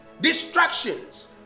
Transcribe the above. distractions